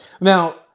Now